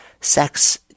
sex